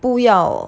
不要